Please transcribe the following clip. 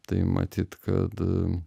tai matyt kad